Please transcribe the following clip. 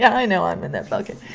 i know, i'm in that bucket!